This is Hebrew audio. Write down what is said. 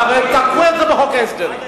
אבל תקעו את זה בחוק ההסדרים.